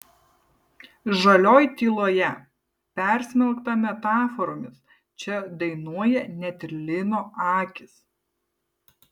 žalioj tyloje persmelkta metaforomis čia dainuoja net ir lino akys